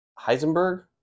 Heisenberg